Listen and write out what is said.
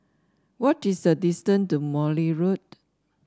what is the distance to Morley Road